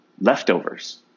leftovers